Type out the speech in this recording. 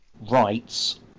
rights